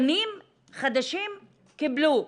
תקנים חדשים קיבלו,